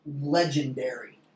legendary